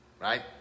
right